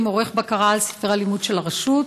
עורך בקרה על ספרי הלימוד של הרשות?